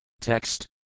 Text